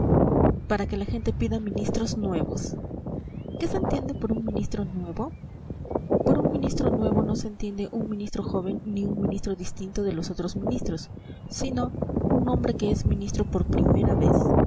para que la gente pida ministros nuevos qué se entiende por un ministro nuevo por un ministro nuevo no se entiende un ministro joven ni un ministro distinto de los otros ministros sino un hombre que es ministro por primera vez